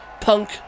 punk